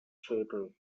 chapel